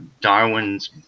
Darwin's